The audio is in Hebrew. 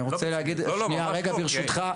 אני רוצה להגיד, שנייה רגע, ברשותך.